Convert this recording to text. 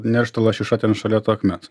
nerš ta lašiša ten šalia to akmens